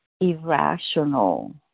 irrational